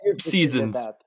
seasons